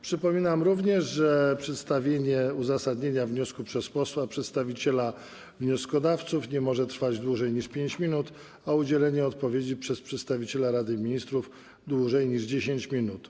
Przypominam również, że przedstawienie uzasadnienia wniosku przez posła przedstawiciela wnioskodawców nie może trwać dłużej niż 5 minut, a udzielenie odpowiedzi przez przedstawiciela Rady Ministrów - dłużej niż 10 minut.